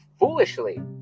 Foolishly